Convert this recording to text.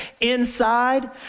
inside